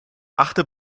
achte